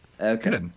Okay